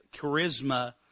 charisma